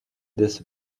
this